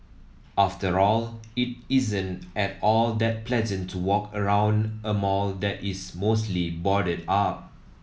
after all it isn't at all that pleasant to walk around a mall that is mostly boarded up